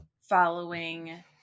following